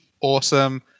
awesome